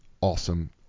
awesome